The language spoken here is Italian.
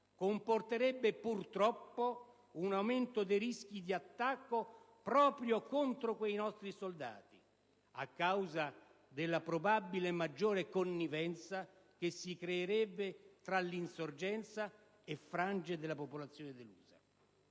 comporterebbe purtroppo un aumento dei rischi di attacco proprio contro quei nostri soldati, a causa della probabile maggiore connivenza che si creerebbe tra l'insorgenza e frange della popolazione delusa.